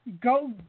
Go